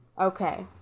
Okay